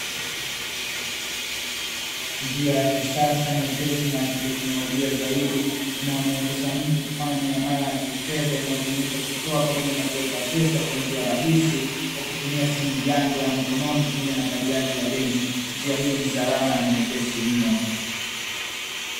Njia ya kisasa, nyepesi na ya kiteknolojia zaidi, inayomuwezesha mtu kufanya miamala ya kifedha; inayojumuisha kutoa pamoja na kuweka pesa kwa njia rahisi kwa kutumia simujanja ya mkononi pamoja na kadi yake ya benki. Njia hii ni salama na nyepesi mno.